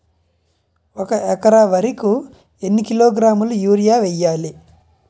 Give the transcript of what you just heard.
ఒక ఎకర వరి కు ఎన్ని కిలోగ్రాముల యూరియా వెయ్యాలి?